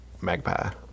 Magpie